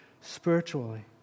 spiritually